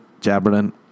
Jabbering